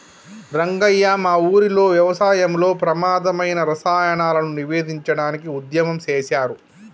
రంగయ్య మా ఊరిలో వ్యవసాయంలో ప్రమాధమైన రసాయనాలను నివేదించడానికి ఉద్యమం సేసారు